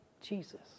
Jesus